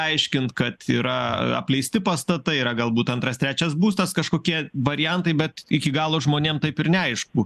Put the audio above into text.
aiškint kad yra apleisti pastatai yra galbūt antras trečias būstas kažkokie variantai bet iki galo žmonėm taip ir neaišku